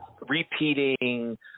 repeating